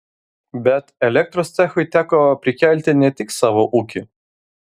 bet elektros cechui teko prikelti ne tik savo ūkį